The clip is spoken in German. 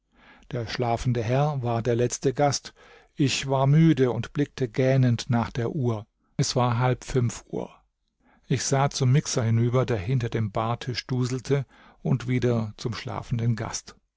der schlafende herr war der letzte gast ich war müde und blickte gähnend nach der uhr es war halb fünf uhr ich sah zum mixer hinüber der hinter dem bartisch duselte und wieder zum schlafenden gast